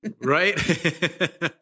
Right